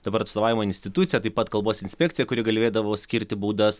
dabar atstovaujamą instituciją taip pat kalbos inspekcija kuri galėdavo skirti baudas